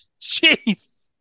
Jeez